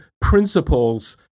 principles